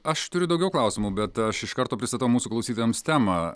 aš turiu daugiau klausimų bet aš iš karto pristatau mūsų klausytojams temą